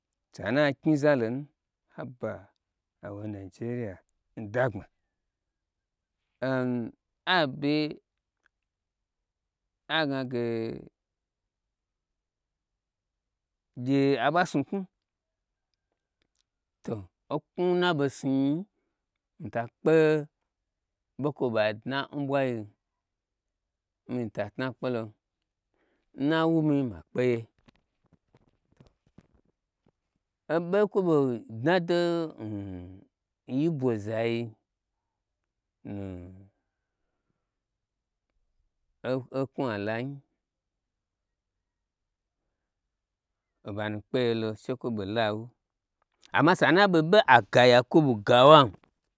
Sana kyi za lonu haba hawo nijeria n dagbma am abe agnage gye aba snu knwu to okmwu n naɓo snu nyi mita kpe ɓo kwo ɓa dna na ɓwayim mii tatna kpelo nna wumi makpeye obo kwobo dnado n n ibo zai oknwu ala nyi obanu kpeye lo she kwo ɓo la wu amma sana ɓe ɓe aga yakubu gawan.